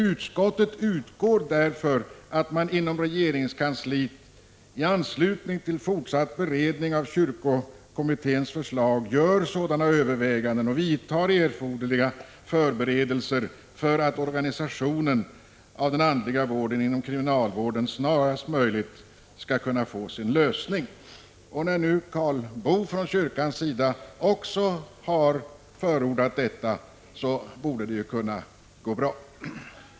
Utskottet utgår därför från att man inom regeringskansliet i anslutning till den fortsatta beredningen av kyrkokommitténs förslag gör sådana överväganden och vidtar erforderliga förberedelser för att organisationen av den andliga vården inom kriminalvården snarast möjligt skall kunna få en lösning.” När nu också Karl Boo har förordat detta från kyrkans sida borde det kunna gå bra.